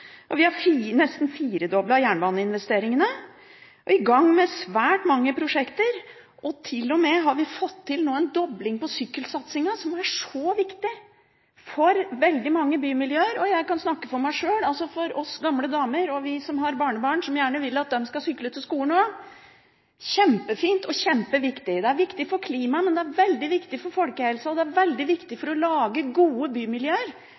styrte landet. Vi har nesten firedoblet jernbaneinvesteringene, og vi er i gang med svært mange prosjekter. Vi har til og med fått til en dobling av satsingen på sykkelveger, som er så viktig for veldig mange bymiljøer. Jeg kan snakke for meg sjøl. For oss gamle som er damer, som har barnebarn og gjerne vil at de skal sykle til skolen, er det kjempefint og kjempeviktig. Det er viktig for klimaet og ikke minst for folkehelsa. Det er viktig for å lage gode bymiljøer